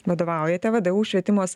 vadovaujate vdu švietimas